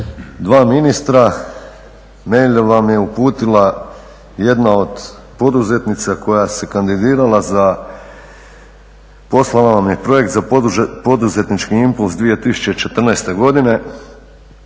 dva ministra. Mail vam je uputila jedna od poduzetnica koja se kandidirala za poslala nam je projekt za poduzetnički impuls 2014.godine